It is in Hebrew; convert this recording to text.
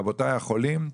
רבותיי החולים,